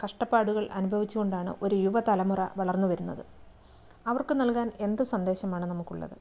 കഷ്ടപ്പാടുകൾ അനുഭവിച്ചുകൊണ്ടാണ് ഒരു യുവതലമുറ വളർന്നു വരുന്നത് അവർക്ക് നൽകാൻ എന്ത് സന്ദേശമാണ് നമുക്കുള്ളത്